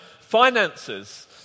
finances